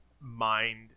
mind